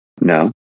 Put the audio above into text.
No